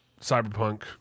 Cyberpunk